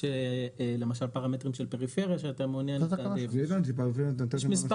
יש למשל פרמטרים של פריפריה יש מספר